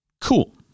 Cool